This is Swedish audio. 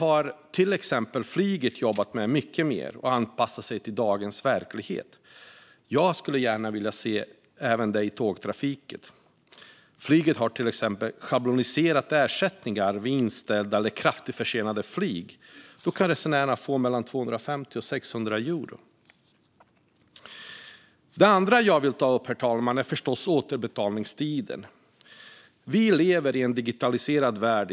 Inom till exempel flyget har man jobbat mycket mer med detta för att anpassa sig till dagens verklighet. Jag skulle vilja se samma sak även i tågtrafiken. Inom flyget har man en schabloniserad ersättning vid inställda eller kraftigt försenade flyg. Då kan resenärerna få mellan 250 och 600 euro. Det andra jag vill ta upp är förstås återbetalningstiden. Vi lever i dag i en digitaliserad värld.